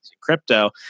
crypto